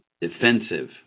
defensive